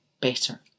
better